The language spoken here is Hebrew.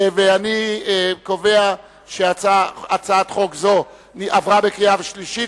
אני קובע שהצעת חוק זו עברה בקריאה השלישית